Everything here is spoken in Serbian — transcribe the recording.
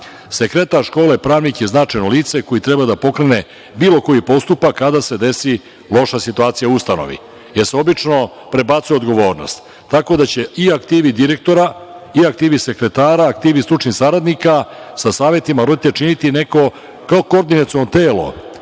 Sekretar škole je pravnik, značajno lice koje treba da pokrene bilo koji postupak, kada se desi loša situacija u ustanovi, jer se obično prebacuje odgovornost, tako da će i aktivi direktora i aktivi sekretara, aktivi stručnih saradnika sa savetima roditelja činiti neko kao koordinaciono telo